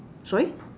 sorry